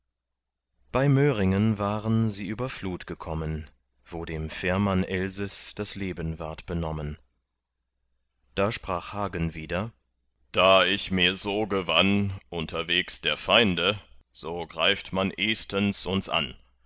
bei möringen waren sie über flut gekommen wo dem fährmann elses das leben ward benommen da sprach hagen wieder die ich mir so gewann unterwegs der feinde so greift man ehstens uns an